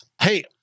hey